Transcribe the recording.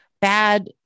bad